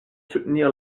soutenir